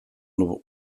nos